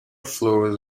floors